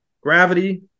gravity